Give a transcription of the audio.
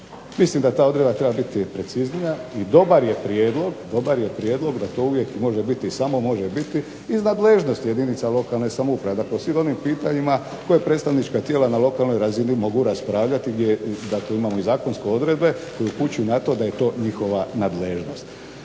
Mislim da ta odredba treba biti preciznija, i dobar je prijedlog da to uvijek može biti, samo može biti iz nadležnosti jedinica lokalne samouprave, dakle svim onim pitanjima koje predstavnička tijela na lokalnoj razini mogu raspravljati gdje dakle imamo i zakonske odredbe koje upućuju na to da je to njihova nadležnost.